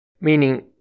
meaning